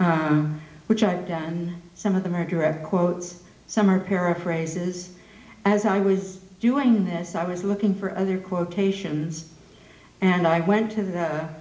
them which i've done some of them are direct quotes some are paraphrases as i was doing this i was looking for other quotations and i went to that